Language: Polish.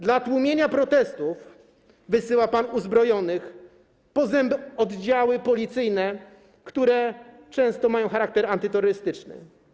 Do tłumienia protestów wysyła pan uzbrojone po zęby oddziały policyjne, które często mają charakter antyterrorystyczny.